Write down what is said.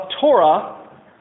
Torah